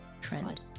Trend